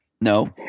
No